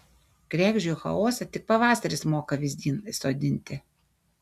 kregždžių chaosą tik pavasaris moka vyzdin įsodinti